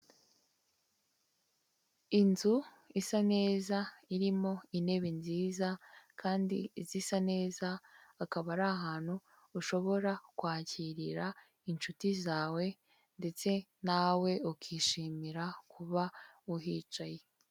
Inzu isa neza, irimo intebe nziza kandi zisa neza, akaba ari ahantu ushobora kwakirira inshuti zawe, ndetse nawe ukishimira kuba uhicaye.